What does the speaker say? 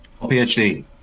PhD